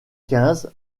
quinze